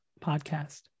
podcast